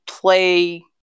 play